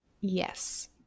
Yes